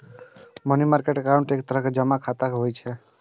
money market account एक तरह जमा खाता होइ छै